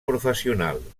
professional